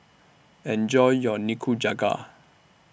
Enjoy your Nikujaga